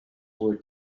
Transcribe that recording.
were